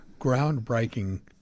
groundbreaking